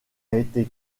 été